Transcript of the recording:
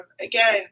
again